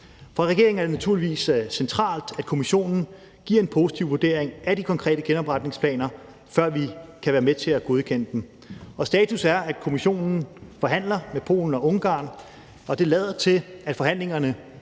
For regeringen er det naturligvis centralt, at Kommissionen giver en positiv vurdering af de konkrete genopretningsplaner, før vi kan være med til at godkende dem. Og status er, at Kommissionen forhandler med Polen og Ungarn, og det lader til, at forhandlingerne